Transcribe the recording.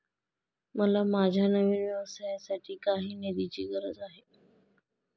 मला माझ्या नवीन व्यवसायासाठी काही निधीची गरज आहे